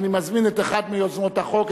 אני מזמין את אחת מיוזמות החוק,